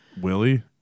Willie